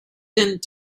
didn’t